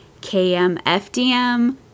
KMFDM